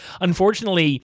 unfortunately